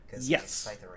Yes